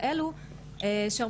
שזו סחיטה על רקע מיני.